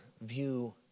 view